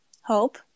Hope